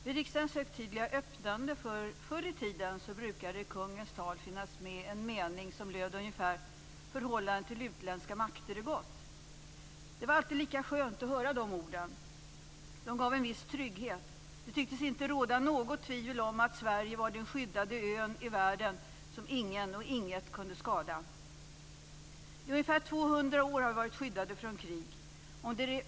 Vid riksdagens högtidliga öppnande förr i tiden brukade det i kungens tal finnas med en mening som löd ungefär: Förhållandet till utländska makter är gott. Det var alltid lika skönt att höra de orden. De gav en viss trygghet. Det tycktes inte råda något tvivel om att Sverige var den skyddade ö i världen som ingen och inget kunde skada. I ungefär 200 år har vi varit skyddade från krig.